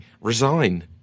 resign